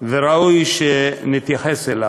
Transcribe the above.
וראוי שנתייחס אליו.